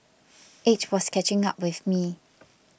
age was catching up with me